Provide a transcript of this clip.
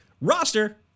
roster